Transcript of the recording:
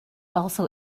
also